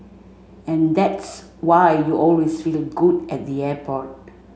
and that's why you always feel good at the airport